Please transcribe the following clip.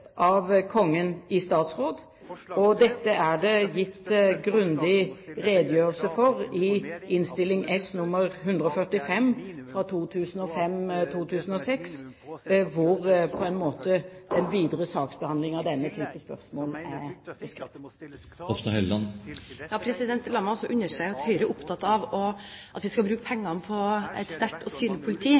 av Kongen i statsråd. Dette er det gitt en grundig redegjørelse for i Innst. S. nr. 145 for 2005–2006, hvor den videre saksbehandlingen av denne type spørsmål er beskrevet. La meg også understreke at Høyre er opptatt av at vi skal bruke pengene på et sterkt og synlig politi